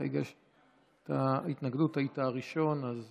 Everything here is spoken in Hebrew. אתה הגשת התנגדות, היית הראשון, אז